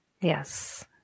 Yes